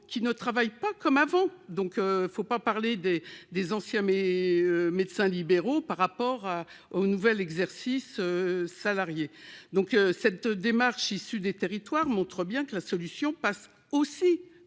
qui ne travaille pas comme avant. Donc il ne faut pas parler des des anciens mes médecins libéraux par rapport au nouvel exercice. Salarié donc cette démarche issus des territoires montre bien que la solution passe aussi